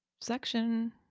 section